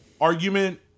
argument